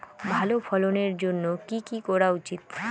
ভালো ফলনের জন্য কি কি করা উচিৎ?